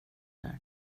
där